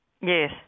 Yes